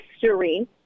history